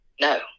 No